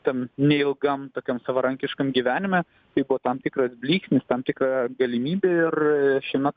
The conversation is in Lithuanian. tam neilgam tokiam savarankiškam gyvenime tai buvo tam tikras blyksnis tam tikra galimybė ir šiame